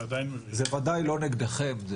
זה וודאי לא נגדכם.